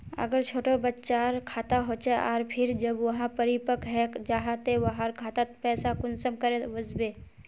अगर छोटो बच्चार खाता होचे आर फिर जब वहाँ परिपक है जहा ते वहार खातात पैसा कुंसम करे वस्बे?